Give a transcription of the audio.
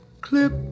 clip